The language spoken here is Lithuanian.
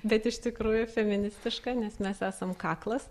bet iš tikrųjų feministiš nes mes esam kaklas